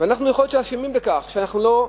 יכול להיות שאנחנו אשמים בכך שאנחנו לא